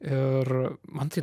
ir man tai